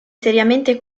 seriamente